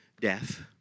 death